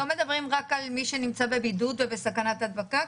אנחנו לא מדברים רק על מי שנמצא בבידוד ובסכנת הדבקה?